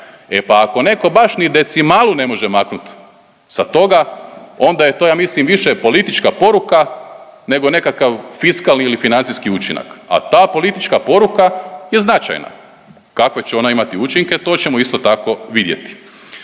e pa ako netko baš ni decimalu ne može maknuti sa toga, onda je to, ja mislim, više politička poruka nego nekakav fiskalni ili financijski učinak, a ta politička poruka je značajna. Kako će ona imati učinke, to ćemo isto tako vidjeti.